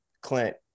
Clint